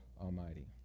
Almighty